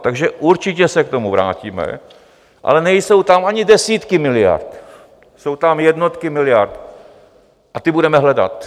Takže určitě se k tomu vrátíme, ale nejsou tam ani desítky miliard, jsou tam jednotky miliard a ty budeme hledat.